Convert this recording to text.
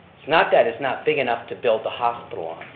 it's not that it's not big enough to build a hospital on,